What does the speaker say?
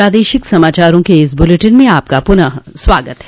प्रादेशिक समाचारों के इस बुलेटिन में आपका फिर से स्वागत है